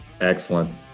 Excellent